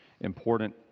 important